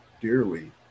dearly